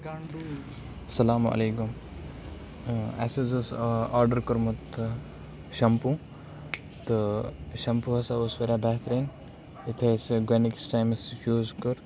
اسَلامُ علیکُم اَسہِ حٕظ اوس آرڈَر کوٚرمُت تہٕ شَمپوٗ تہٕ شَمپو ہَسا اوس واریاہ بہترین یِتھُے اَسہِ سُہ گۄڈنِکِس ٹایمَس یوٗز کوٚر